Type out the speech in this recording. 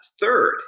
third